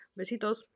besitos